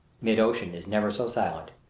mid-ocean is never so silent.